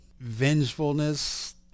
vengefulness